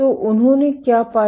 तो उन्होंने क्या पाया